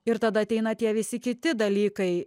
ir tada ateina tie visi kiti dalykai